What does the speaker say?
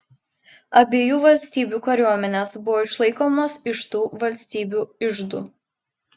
abiejų valstybių kariuomenės buvo išlaikomos iš tų valstybių iždų